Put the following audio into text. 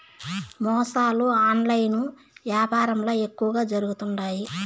మోసాలు ఆన్లైన్ యాపారంల ఎక్కువగా జరుగుతుండాయి